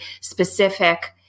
specific